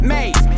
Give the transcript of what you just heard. Mate